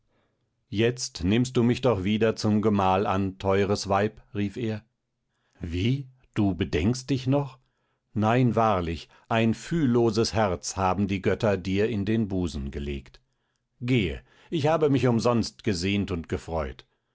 jetzt nimmst du mich doch wieder zum gemahl an teures weib rief er wie du bedenkst dich noch nein wahrlich ein fühlloses herz haben die götter dir in den busen gelegt gehe ich habe mich umsonst gesehnt und gefreut